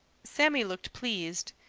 sammy looked pleased.